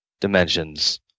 dimensions